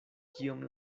kiom